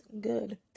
Good